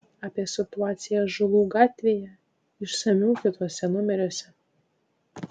apie situaciją ąžuolų gatvėje išsamiau kituose numeriuose